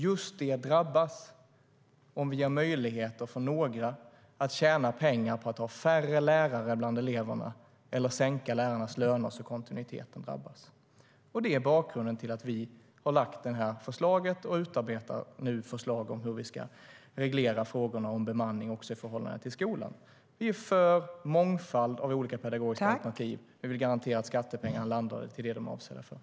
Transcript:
Just det drabbas om vi ger möjligheter för några att tjäna pengar på att ha färre lärare bland eleverna eller sänka lärarnas löner så att kontinuiteten drabbas.